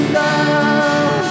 down